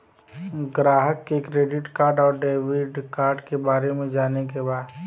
ग्राहक के credit card और डेविड कार्ड के बारे में जाने के बा?